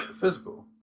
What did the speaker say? physical